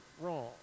wrong